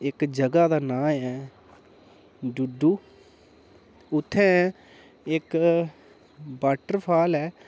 इक जगह् दा नांऽ ऐ डुड्डू उत्थें इक वाटरफाल ऐ